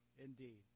Indeed